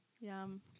Yum